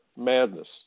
madness